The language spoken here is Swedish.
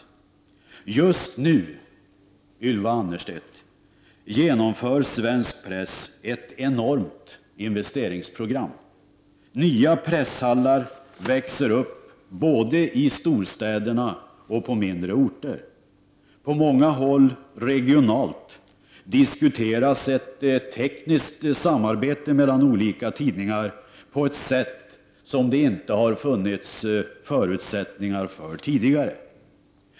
Just nu, Ylva Annerstedt, genomför svensk press ett enormt investeringsprogram. Nya presshallar växer upp både i storstäderna och på mindre orter. På många håll diskuteras ett regionalt tekniskt samarbete mellan olika tidningar på ett sätt som det inte tidigare har funnits förutsättningar för.